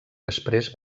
després